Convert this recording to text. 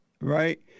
Right